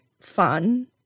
fun